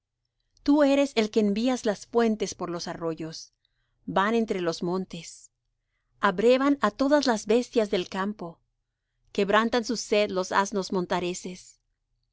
tú eres el que envías las fuentes por los arroyos van entre los montes abrevan á todas las bestias del campo quebrantan su sed los asnos